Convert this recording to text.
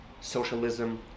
socialism